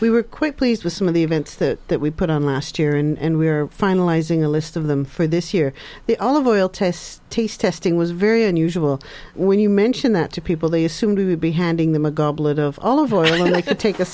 we were quite pleased with some of the events that that we put on last year and we're finalizing a list of them for this year the olive oil test taste testing was very unusual when you mention that to people they assumed would be handing them a goblet of all of oil and i could take a